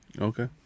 Okay